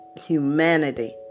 humanity